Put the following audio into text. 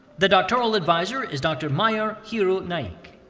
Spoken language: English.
the doctoral advisor is dr. mayur hero naik